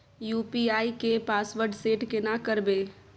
UPI के password set केना करबे?